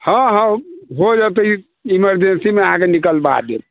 हँ हँ हो जेतै इमरजेन्सीमे अहाँके निकलबा देब